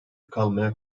kalmaya